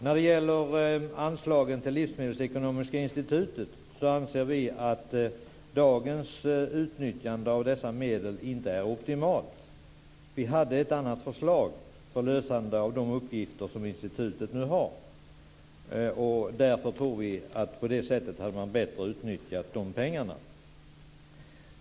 När det gäller anslagen till Livsmedelsekonomiska institutet anser vi att dagens utnyttjande av dessa medel inte är optimalt. Vi hade ett annat förslag för lösandet av de uppgifter som institutet nu har. Vi tror att man på det sättet bättre hade utnyttjat de pengarna.